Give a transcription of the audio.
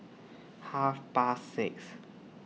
Half Past six